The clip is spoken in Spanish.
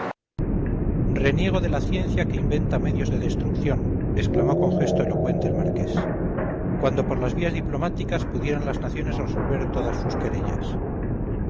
reniego de la ciencia que inventa medios de destrucción exclamó con gesto elocuente el marqués cuando por las vías diplomáticas pudieran las naciones resolver todas sus querellas